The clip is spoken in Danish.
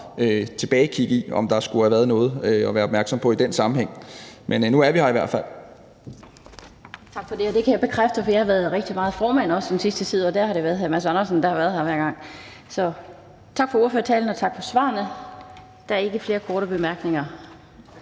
tilbageblik på, om der skulle have været noget at være opmærksom på i den sammenhæng. Men nu er vi her i hvert fald.